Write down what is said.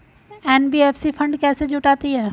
NBFC fund कैसे जुटाती है?